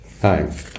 Hi